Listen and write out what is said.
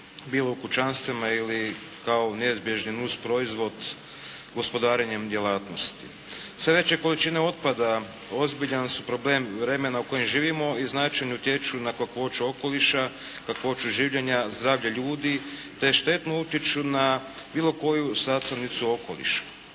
bilo u kućanstvima ili kao neizbježni nusproizvod gospodarenjem djelatnosti. Sve veće količine otpada ozbiljan su problem vremena u kojem živimo i značajno utječu na kakvoću okoliša, kakvoću življenja, zdravlje ljudi, te štetno utječu na bilo koju sastavnicu okoliša,